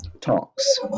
talks